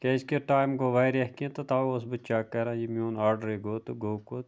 کیٛازِکہِ ٹایِم گوٚو واریاہ کینٛہہ تہٕ تَوَے اوسُس بہٕ چَیک کَران یہِ میون آرڈر ۂے گوٚو تہٕ گوٚو کوٚت